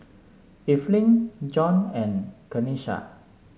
Evelyn John and Kenisha